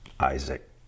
Isaac